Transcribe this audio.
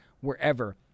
wherever